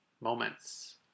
moments